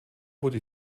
wurde